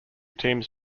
teams